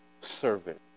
servant